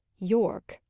yorke,